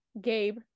gabe